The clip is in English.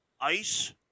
Ice